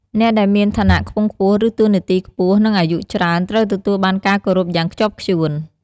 អ្នកដែលមាន ឋានៈខ្ពង់ខ្ពស់ ឬតួនាទីខ្ពស់ និង អាយុច្រើន ត្រូវទទួលបានការគោរពយ៉ាងខ្ជាប់ខ្ជួន។